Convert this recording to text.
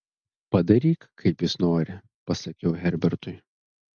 padaryk kaip jis nori pasakiau herbertui